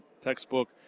textbook